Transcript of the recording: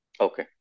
Okay